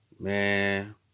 Man